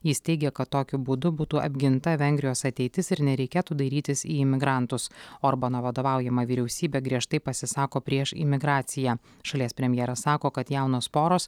jis teigia kad tokiu būdu būtų apginta vengrijos ateitis ir nereikėtų dairytis į imigrantus orbano vadovaujama vyriausybė griežtai pasisako prieš imigraciją šalies premjeras sako kad jaunos poros